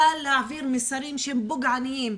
קל להעביר מסרים שהם פוגעניים,